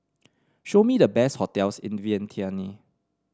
show me the best hotels in Vientiane